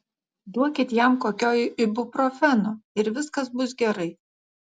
duokit jam kokio ibuprofeno ir viskas bus gerai